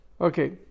Okay